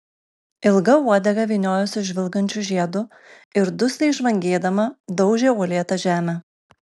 ilga uodega vyniojosi žvilgančiu žiedu ir dusliai žvangėdama daužė uolėtą žemę